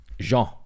Jean